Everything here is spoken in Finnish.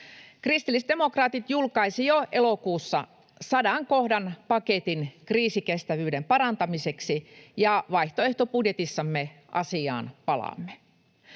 Kristillisdemokraatit julkaisi jo elokuussa sadan kohdan paketin kriisikestävyyden parantamiseksi, ja vaihtoehtobudjetissamme asiaan palaamme.